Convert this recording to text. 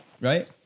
right